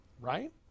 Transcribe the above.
right